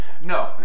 No